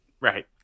Right